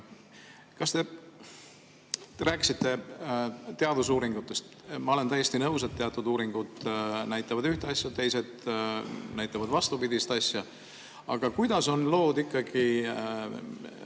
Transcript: Te rääkisite teadusuuringutest. Ma olen täiesti nõus, et ühed uuringud näitavad ühte asja, teised näitavad vastupidist asja. Aga kuidas on ikkagi